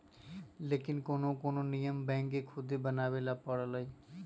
लेकिन कोनो कोनो नियम बैंक के खुदे बनावे ला परलई